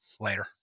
later